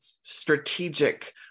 strategic